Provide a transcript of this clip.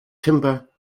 timber